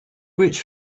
which